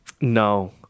No